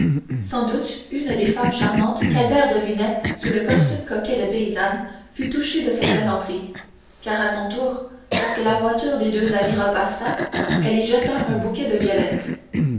sans doute une des femmes charmantes qu'albert devinait sous le costume coquet de paysannes fut touchée de cette galanterie car à son tour lorsque la voiture des deux amis repassa elle y jeta un bouquet de violettes